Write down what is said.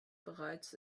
bereits